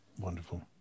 wonderful